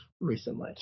recently